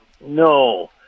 No